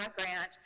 grant